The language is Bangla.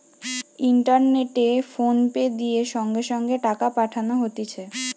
ইন্টারনেটে ফোনপে দিয়ে সঙ্গে সঙ্গে টাকা পাঠানো হতিছে